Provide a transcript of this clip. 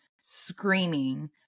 screaming